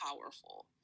powerful